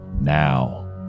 Now